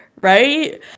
right